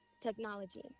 technology